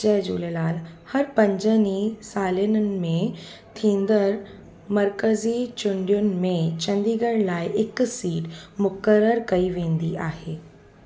जय झूलेलाल हर पंजनि सालनि में थींदड़ मर्कज़ी चूंडुनि में चंडीगढ़ लाइ हिक सीट मुक़ररु कई वेंदी आहे